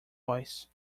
voice